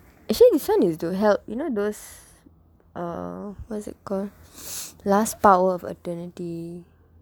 actually this [one] is to help you know those err what is it called last power of eternity